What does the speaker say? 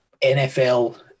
NFL